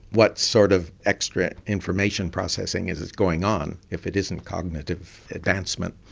what sort of extra information processing is is going on if it isn't cognitive advancement.